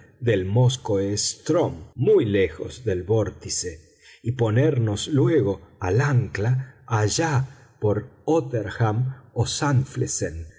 del móskoe strm muy lejos del vórtice y ponernos luego al ancla allá por ótterham o